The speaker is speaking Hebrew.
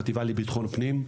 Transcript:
חטיבה לביטחון פנים,